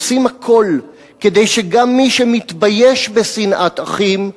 עושים הכול כדי שגם מי שמתבייש בשנאת אחים,